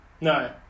No